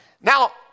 now